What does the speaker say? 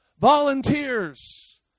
volunteers